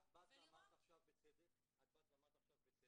את אמרת עכשיו בצדק